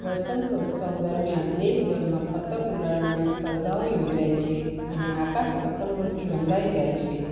વસંતોત્સવ દરમિયાન દેશભરમાં પતંગ ઉડાડવાની સ્પર્ધાઓ યોજાય છે અને આકાશ પતંગોથી રંગાઈ જાય છે